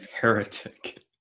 heretic